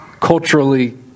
culturally